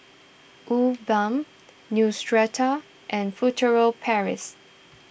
woo Balm Neostrata and Furtere Paris